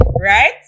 right